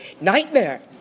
Nightmare